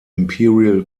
imperial